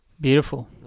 Beautiful